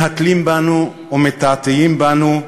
מהתלים בנו ומתעתעים בנו,